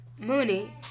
Mooney